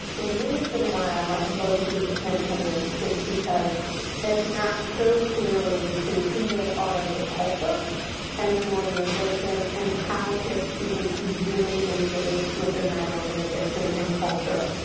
the reason why i like both of these campaigns is because it maps so clearly to who they are as a culture and an organization and how it gets people to really engage within that organization and culture.